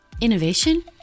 Innovation